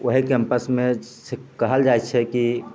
ओएह केम्पसमे कहल जाइ छै कि